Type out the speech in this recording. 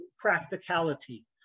practicality